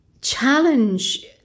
challenge